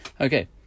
Okay